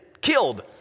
killed